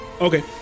Okay